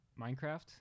minecraft